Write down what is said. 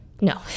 No